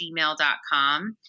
gmail.com